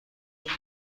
یوگا